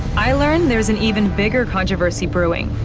i learned there's an even bigger controversy brewing,